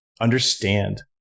understand